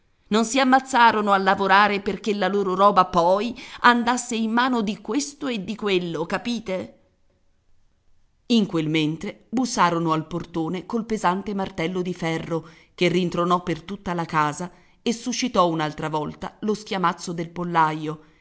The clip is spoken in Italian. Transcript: non si ammazzarono a lavorare perché la loro roba poi andasse in mano di questo e di quello capite in quel mentre bussarono al portone col pesante martello di ferro che rintronò per tutta la casa e suscitò un'altra volta lo schiamazzo del pollaio